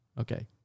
Okay